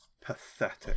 pathetic